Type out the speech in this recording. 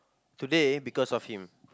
today because of him